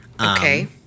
okay